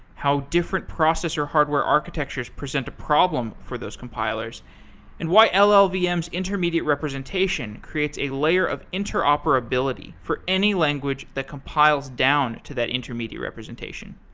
how different process or hardware architectures present a problem for those compilers and why llvms intermediate representation creates a layer of interoperability for any language that compiles down to that intermediate representation.